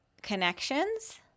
connections